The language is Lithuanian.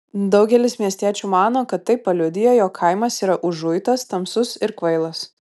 daugelis miestiečių mano kad tai paliudija jog kaimas yra užuitas tamsus ir kvailas